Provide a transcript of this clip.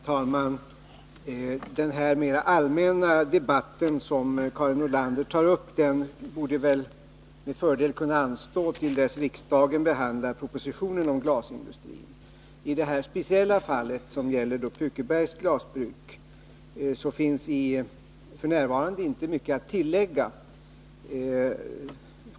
Herr talman! Den mera allmänna debatt som Karin Nordlander tar upp borde väl med fördel kunna anstå till dess att riksdagen behandlar propositionen om glasindustrin. I det här speciella fallet, som alltså gäller Pukebergs Glasbruk, finns det f. n. inte mycket att tillägga.